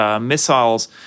missiles